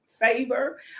favor